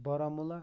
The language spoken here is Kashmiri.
بارہمولہ